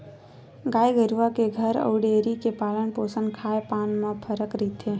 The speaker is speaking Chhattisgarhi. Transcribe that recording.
गाय गरुवा के घर अउ डेयरी के पालन पोसन खान पान म फरक रहिथे